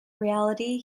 reality